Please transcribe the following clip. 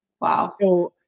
Wow